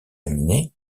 aminés